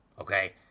Okay